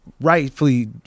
rightfully